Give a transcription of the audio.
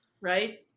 Right